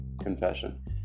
confession